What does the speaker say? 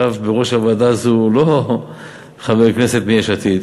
כשבוועדה הזאת ישב לא חבר כנסת מיש עתיד